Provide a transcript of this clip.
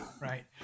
Right